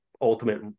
ultimate